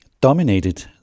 dominated